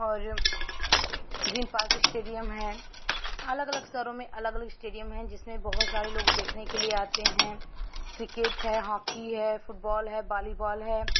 और green park stadium है अलग अलग शहरों में अलग अलग स्टेडियम है जिसमें बहुत सारे लोग देखने के लिए आते हैं क्रिकेट है हॉकी है फुटबॉल है बालीबॉल है